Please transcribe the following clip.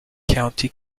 county